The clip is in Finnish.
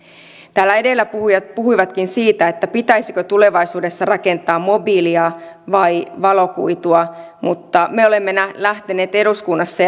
täällä edellä puhuneet puhujat puhuivatkin siitä pitäisikö tulevaisuudessa rakentaa mobiilia vai valokuitua mutta me olemme lähteneet eduskunnassa